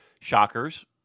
shockers